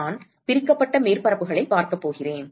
நான் பிரிக்கப்பட்ட மேற்பரப்புகளைப் பார்க்கப் போகிறேன்